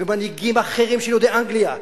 ומנהיגים אחרים, של יהודי אנגליה.